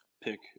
pick